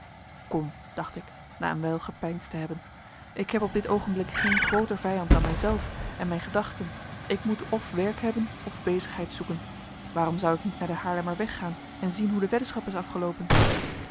kom dacht ik na een wijl gepeinsd te hebben ik heb op dit oogenblik geen grooter vijand dan mij zelf en mijn gedachten ik moet of werk hebben of bezigheid zoeken waarom zou ik niet naar den haarlemmerweg gaan en zien hoe de weddenschap is afgeloopen